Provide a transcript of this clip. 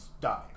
died